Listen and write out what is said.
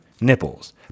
nipples